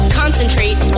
concentrate